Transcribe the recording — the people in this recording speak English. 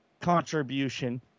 contribution